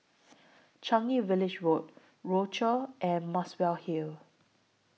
Changi Village Road Rochor and Muswell Hill